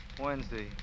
Wednesday